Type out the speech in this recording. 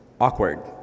awkward